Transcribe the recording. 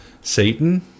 Satan